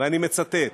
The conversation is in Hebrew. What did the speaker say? ואני מצטט: